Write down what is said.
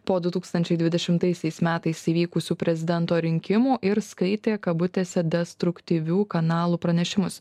po du tūkstančiai dvidešimtaisiais metais įvykusių prezidento rinkimų ir skaitė kabutėse destruktyvių kanalų pranešimus